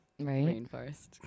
rainforest